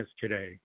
today